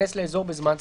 להיכנס לאזור בזמן סביר,